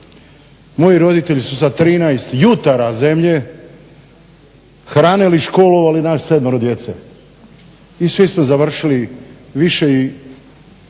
Moji roditelji su sa 13 jutara zemlje hranili i školovali nas sedmero djece i svi smo završili više